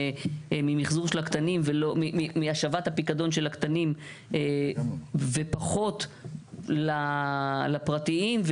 מהשבת הפיקדון של הקטנים ופחות לפרטיים,